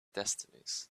destinies